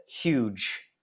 huge